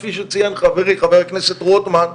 כפי שציין חברי חבר הכנסת רוטמן,